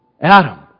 Adam